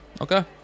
Okay